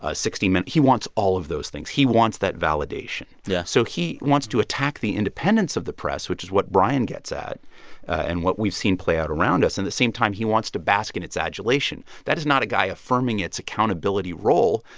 ah sixty minutes he wants all of those things. he wants that validation yeah so he wants to attack the independence of the press, which is what brian gets at and what we've seen play out around us. and at the same time, he wants to bask in its adulation. that is not a guy affirming its accountability role,